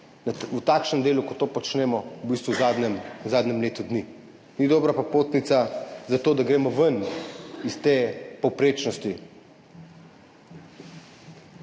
v takšnem delu, kot to počnemo v bistvu v zadnjem letu dni. Ni dobra popotnica za to, da gremo ven iz te povprečnosti.